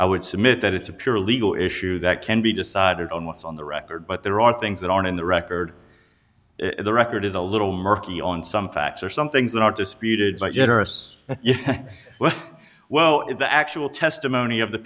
i would submit that it's a pure legal issue that can be decided on what's on the record but there are things that aren't in the record the record is a little murky on some facts or some things that are disputed by generous well well the actual testimony of the